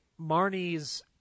Marnie's